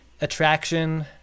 attraction